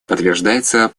подтверждается